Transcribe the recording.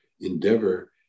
endeavor